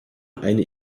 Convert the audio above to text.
eine